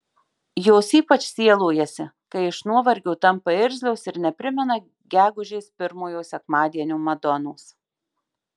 jos ypač sielojasi kai iš nuovargio tampa irzlios ir neprimena gegužės pirmojo sekmadienio madonos